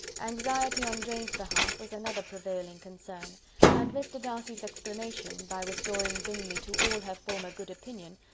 anxiety on jane's behalf was another prevailing concern and mr. darcy's explanation, by restoring bingley to all her former good opinion,